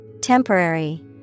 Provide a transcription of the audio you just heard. Temporary